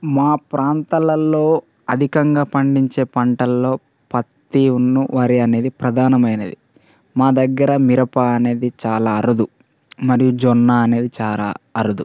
మా ప్రాంతాలలో అధికంగా పండించే పంటల్లో పత్తి వరి అనేది ప్రధానమైనది మా దగ్గర మిరప అనేది చాలా అరుదు మరియు జొన్న అనేది చాలా అరుదు